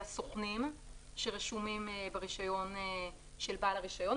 הסוכנים שרשומים ברישיון של בעל הרישיון.